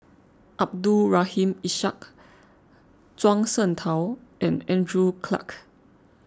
Abdul Rahim Ishak Zhuang Shengtao and Andrew Clarke